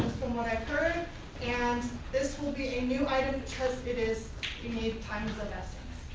from what i've heard and this will be a new item because it is you know time is of essence.